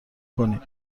کنیم